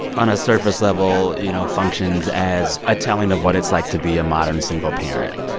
on a surface level, you know, functions as a telling of what it's like to be a modern, single parent.